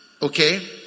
Okay